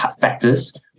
factors